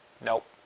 nope